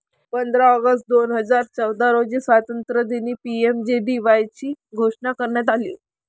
पंधरा ऑगस्ट दोन हजार चौदा रोजी स्वातंत्र्यदिनी पी.एम.जे.डी.वाय ची घोषणा करण्यात आली